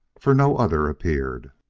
for no other appeared.